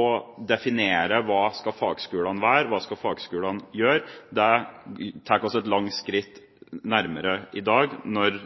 å definere: Hva skal fagskolene være? Hva skal fagskolene gjøre? Det tar vi et langt skritt nærmere i dag når